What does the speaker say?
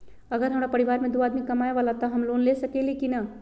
अगर हमरा परिवार में दो आदमी कमाये वाला है त हम लोन ले सकेली की न?